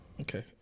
okay